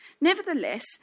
Nevertheless